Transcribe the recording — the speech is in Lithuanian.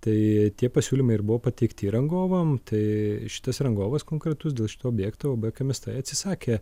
tai tie pasiūlymai ir buvo pateikti rangovam tai šitas rangovas konkretus dėl šito objekto uab kamesta atsisakė